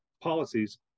policies